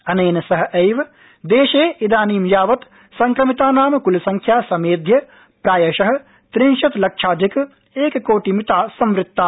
अनेन सहैव देशे इदानीं यावत् संक्रमितानां कृलसंख्या समेध्य प्रायश त्रिंशत् लक्षाधिक एककोटि मिता संवृत्ता